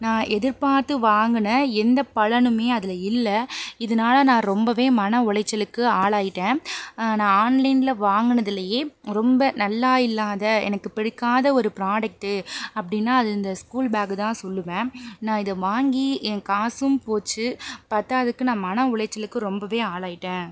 நான் எதிர்பாத்து வாங்குன எந்தப் பலனுமே அதில் இல்லை இதனால நான் ரொம்பவே மன உளைச்சலுக்கு ஆளாகிட்டேன் நான் ஆன்லைனில் வாங்குனதுலேயே ரொம்ப நல்லா இல்லாத எனக்குப் பிடிக்காத ஒரு ப்ராடக்ட்டு அப்படின்னா அது இந்த ஸ்கூல்பேக்குதான் சொல்லுவேன் நான் இதை வாங்கி என் காசும் போச்சு பத்தாததுக்கு நான் மன உளைச்சலுக்கு ரொம்பவே ஆளாகிட்டேன்